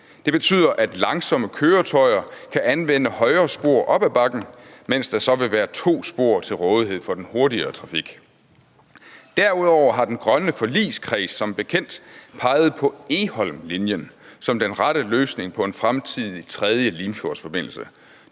Det betyder, at langsomme køretøjer kan anvende højre spor op ad bakken, mens der så vil være to spor til rådighed for den hurtigere trafik. Derudover har den grønne forligskreds som bekendt peget på Egholmlinjen som den rette løsning på en fremtidig tredje Limfjordsforbindelse.